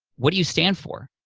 what you stand for?